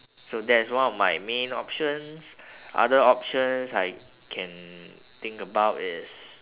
so that's one of my main options other options I can think about is